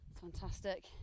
Fantastic